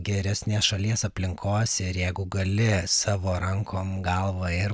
geresnės šalies aplinkos ir jeigu gali savo rankom galvą ir